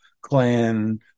clan